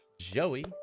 joey